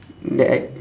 that I